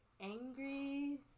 angry